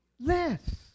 less